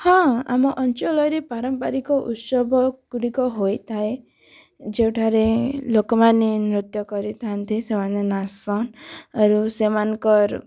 ହଁ ଆମ ଅଞ୍ଚଳରେ ପାରମ୍ପରିକ ଉତ୍ସବ ଗୁଡ଼ିକ ହୋଇଥାଏ ଯେଉଁଠାରେ ଲୋକମାନେ ନୃତ୍ୟ କରିଥାନ୍ତି ସେମାନେ ନାଚସନ୍ ଆରୁ ସେମାନଙ୍କର